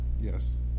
Yes